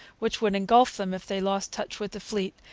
which would engulf them if they lost touch with the fleet,